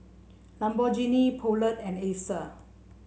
Lamborghini Poulet and Acer